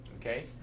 okay